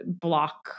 block